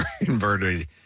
inverted